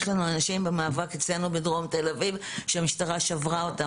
לנו יש אנשים במאבק אצלנו בדרום תל אביב שהמשטרה שברה אותם,